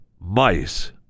mice